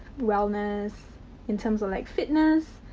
wellness in terms of like fitness.